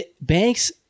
Banks